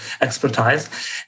expertise